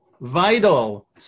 vital